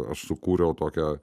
aš sukūriau tokią